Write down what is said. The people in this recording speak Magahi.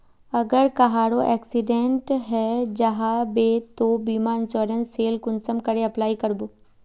अगर कहारो एक्सीडेंट है जाहा बे तो बीमा इंश्योरेंस सेल कुंसम करे अप्लाई कर बो?